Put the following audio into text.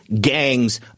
gangs